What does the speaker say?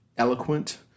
Eloquent